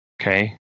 Okay